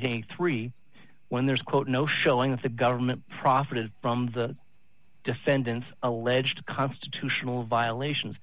think three when there's quote no showing that the government profited from the defendant's alleged constitutional violations